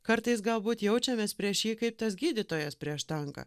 kartais galbūt jaučiamės prieš jį kaip tas gydytojas prieš tanką